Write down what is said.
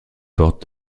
forte